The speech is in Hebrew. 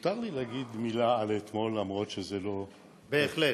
מותר לי לומר מילה על אתמול, למה שזה לא, בהחלט.